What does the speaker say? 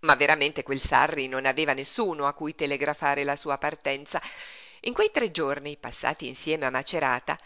ma veramente quel sarri non aveva nessuno a cui telegrafare la sua partenza in quei tre giorni passati insieme a macerata